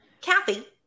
Kathy